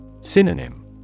Synonym